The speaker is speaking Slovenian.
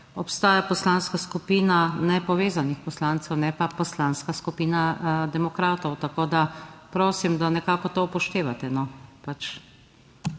obstaja Poslanska skupina Nepovezanih poslancev, ne pa Poslanska skupina demokratov, tako da prosim, da nekako to upoštevate,